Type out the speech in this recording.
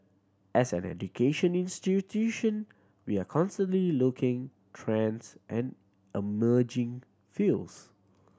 as an education institution we are constantly looking trends and emerging fields